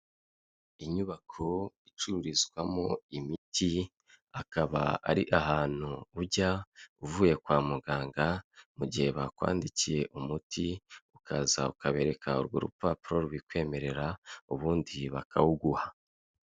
Inyubako icururizwamo imiti, akaba ari ahantu ujya uvuye kwa muganga, mu gihe bakwandikiye umuti ukaza ukabereka urwo rupapuro rubikwemerera ubundi bakawuguha.